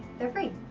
they're free.